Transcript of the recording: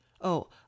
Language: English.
Oh